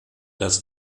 das